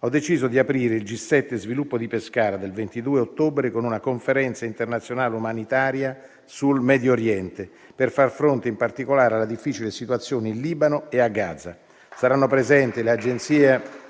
Ho deciso di aprire il G7 Sviluppo di Pescara del 22 ottobre con una Conferenza internazionale umanitaria sul Medio Oriente, per far fronte in particolare alla difficile situazione in Libano e a Gaza. Saranno presenti le agenzie